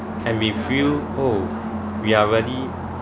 and we feel oh we are really